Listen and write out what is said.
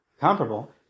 comparable